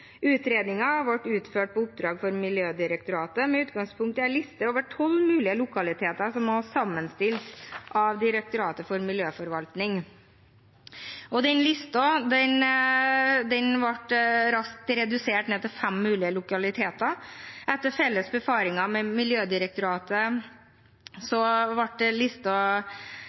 ble utført på oppdrag fra Miljødirektoratet, med utgangspunkt i en liste over tolv mulige lokaliteter som var sammenstilt av Direktoratet for mineralforvaltning. Den listen ble raskt redusert til fem mulige lokaliteter. Etter felles befaring med Miljødirektoratet gikk listen inn på to lokaliteter, nemlig Dalen kalksteingruve i Porsgrunn kommune og